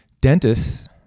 dentists